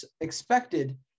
expected